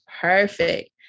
perfect